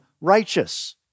righteous